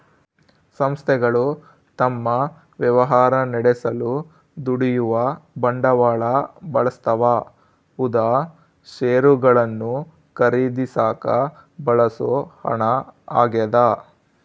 ಸಂಸ್ಥೆಗಳು ತಮ್ಮ ವ್ಯವಹಾರ ನಡೆಸಲು ದುಡಿಯುವ ಬಂಡವಾಳ ಬಳಸ್ತವ ಉದಾ ಷೇರುಗಳನ್ನು ಖರೀದಿಸಾಕ ಬಳಸೋ ಹಣ ಆಗ್ಯದ